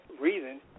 reason